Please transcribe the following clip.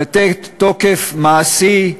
לתת תוקף מעשי,